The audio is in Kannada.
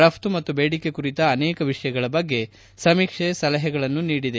ರಘ್ತು ಮತ್ತು ಬೇಡಿಕೆ ಕುರಿತ ಅನೇಕ ವಿಷಯಗಳ ಬಗ್ಗೆ ಸಮೀಕ್ಷೆ ಸಲಹೆಗಳನ್ನು ನೀಡಿದೆ